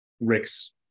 Rick's